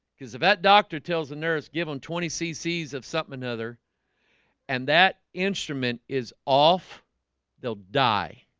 because if that doctor tells the nurse give them twenty cc's of something another and that instrument is off they'll die